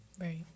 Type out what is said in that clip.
Right